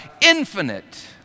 infinite